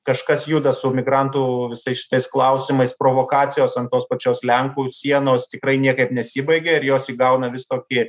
kažkas juda su migrantų visais šitais klausimais provokacijos ant tos pačios lenkų sienos tikrai niekaip nesibaigia ir jos įgauna vis tokį